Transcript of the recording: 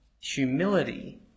humility